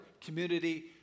community